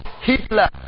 Hitler